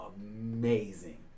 amazing